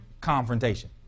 confrontation